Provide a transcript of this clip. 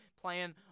playing